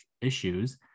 issues